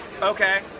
Okay